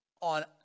on